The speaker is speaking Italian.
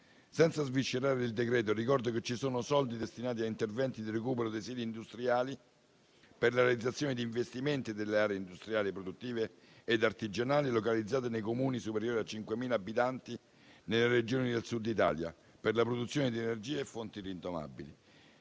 Senza sviscerare il decreto-legge, ricordo che ci sono fondi destinati a interventi di recupero dei siti industriali, per la realizzazione di investimenti nelle aree industriali, produttive e artigianali localizzate nei Comuni superiori a 5.000 abitanti nelle Regioni del Sud Italia per la produzione di energia da fonti rinnovabili.